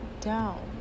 down